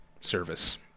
service